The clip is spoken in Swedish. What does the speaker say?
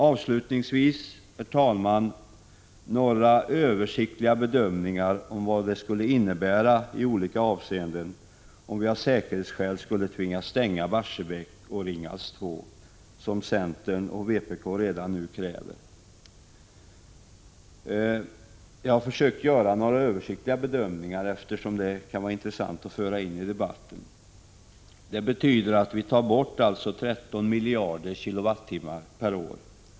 Avslutningsvis, herr talman, några översiktliga bedömningar om vad det skulle innebära i olika avseenden om vi av säkerhetsskäl skulle tvingas stänga Barsebäck och Ringhals 2, som centern och vpk redan nu kräver. Jag har försökt göra några översiktliga bedömningar, eftersom de kan vara intressanta att få in i debatten. Om man stängde dessa kärnkraftverk skulle det betyda att vi tar bort 13 miljarder kilowattimmar per år.